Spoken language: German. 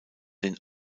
den